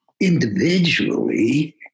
individually